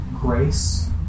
grace